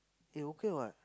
eh okay what